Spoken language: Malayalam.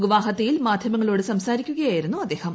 ഗുവാഹത്തിയിൽ മാധ്യമങ്ങളോട് സംസാരിക്കുകയായിരുന്നു അദ്ദേഹം